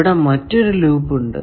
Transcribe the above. ഇവിടെ മറ്റൊരു ലൂപ്പ് ഉണ്ട്